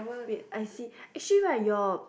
wait I see actually right your